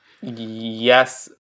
Yes